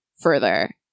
further